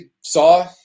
saw